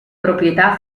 proprietà